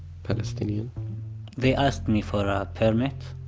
palestinian they asked me for a permit.